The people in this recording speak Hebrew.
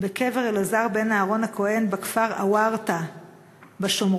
בקבר אלעזר בן אהרן הכהן בכפר עוורתא שבשומרון,